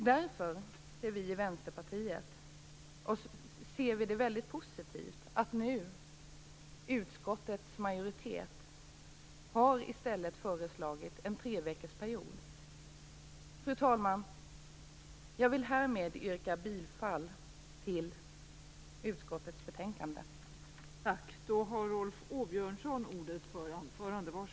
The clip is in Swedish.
Därför ser vi i Vänsterpartiet det som väldigt positivt att utskottets majoritet nu i stället har föreslagit en treveckorsperiod. Fru talman! Jag vill härmed yrka bifall till utskottets hemställan i betänkandet.